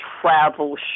travel